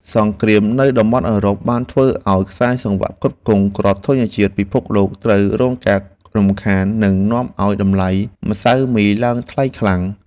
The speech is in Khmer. សង្គ្រាមនៅតំបន់អឺរ៉ុបបានធ្វើឱ្យខ្សែសង្វាក់ផ្គត់ផ្គង់គ្រាប់ធញ្ញជាតិពិភពលោកត្រូវរងការរំខាន និងនាំឱ្យតម្លៃម្សៅមីឡើងថ្លៃខ្លាំង។